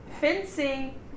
fencing